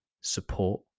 support